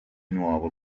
nuovo